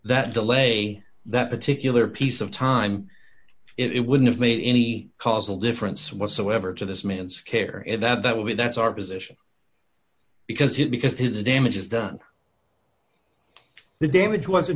that delay that particular piece of time it wouldn't have made any causal difference whatsoever to this man's care and that that would be that's our position because just because his the damage is done the damage wasn't